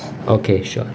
okay sure